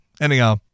Anyhow